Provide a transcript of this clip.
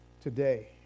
today